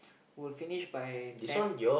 will finish by ten